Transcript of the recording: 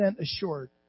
assured